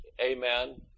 Amen